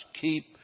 keep